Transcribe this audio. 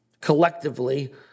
Collectively